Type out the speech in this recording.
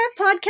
podcast